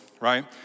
right